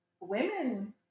women